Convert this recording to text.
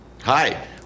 Hi